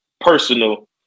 personal